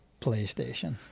PlayStation